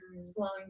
slowing